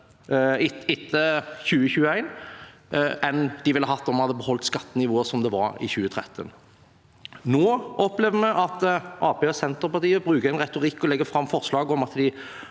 etter 2021 enn den ville hatt om vi hadde beholdt skattenivået slik det var i 2013. Nå opplever vi at Arbeiderpartiet og Senterpartiet bruker en retorikk og legger fram forslag om at de